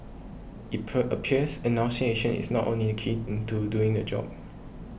it per appears enunciation is not only the key to doing the job